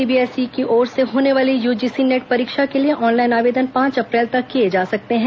CBSE की ओर से होने वाली यूजीसी नेट परीक्षा के लिए ऑनलाइन आवेदन पांच अप्रैल तक किए जा सकते हैं